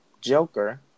Joker